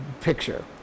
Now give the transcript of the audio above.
picture